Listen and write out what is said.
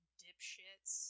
dipshits